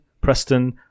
Preston